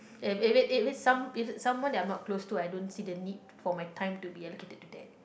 if it if it some if it's someone that I'm not close to I don't see the need for my time to be allocated to that